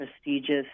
prestigious